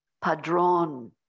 padron